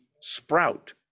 sprout